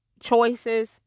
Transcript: choices